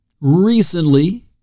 recently